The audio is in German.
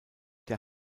der